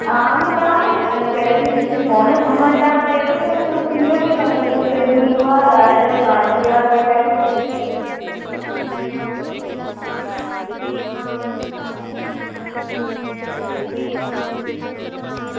आं तां गै करा दी ही तुसेंगी फोन ते जाना यरो ते सुनी होगी सत्संग ते गुरू म्हाराज हुंदा शीरबाद लेई लैगे